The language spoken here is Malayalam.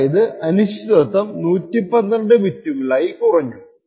അതായത് അനിശ്ചിതത്വം 112 ബിറ്റുകളായി കുറഞ്ഞു